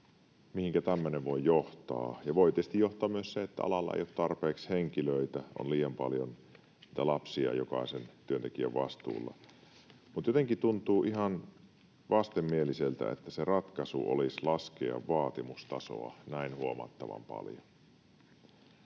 mihinkä tämmöinen voi johtaa. Siihen voi tietysti johtaa myös se, että alalla ei ole tarpeeksi henkilöitä ja on liian paljon lapsia jokaisen työntekijän vastuulla, mutta jotenkin tuntuu ihan vastenmieliseltä, että se ratkaisu olisi laskea vaatimustasoa näin huomattavan paljon.